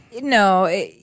No